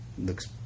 looks